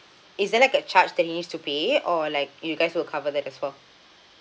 it's there like a charge that he needs to pay or like you guys will cover that as well